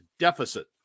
Deficit